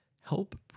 help